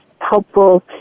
helpful